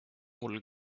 mul